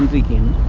begin